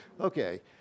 Okay